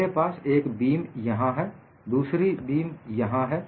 मेरे पास एक बीम यहां है और दूसरी बीम यहां है